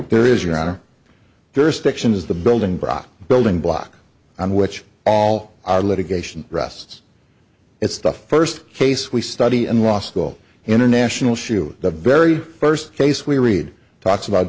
there is your honor jurisdiction is the building block building block on which all our litigation rests its stuff first case we study and law school international shoe the very first case we read talks about